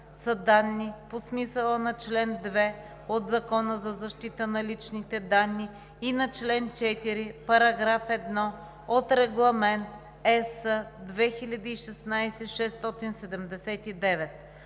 са данни по смисъла на чл. 2 от Закона за защита на личните данни и на чл. 4, параграф 1 от Регламент (ЕС) 2016/679.